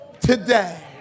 Today